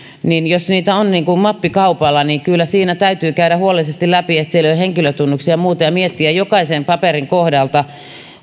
niin jos niitä on mappikaupalla niin kyllä siinä täytyy käydä huolellisesti läpi että siellä ei ole henkilötunnuksia ja muuta ja miettiä jokaisen paperin kohdalta